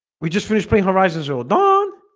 we just finished playing horizon zero dawn